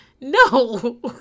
no